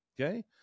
okay